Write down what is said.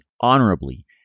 honorably